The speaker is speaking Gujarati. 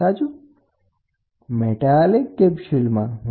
કોરુગેટેડ ડાયાફ્રામના ઉપયોગથી લિનીયર વિચલન વધે છે અને સ્ટ્રેસમાં ઘટાડો થાય છે